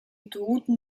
autoroutes